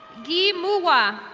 key mookwa.